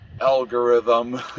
algorithm